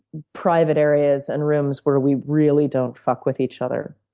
private areas and rooms where we really don't fuck with each other.